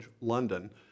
London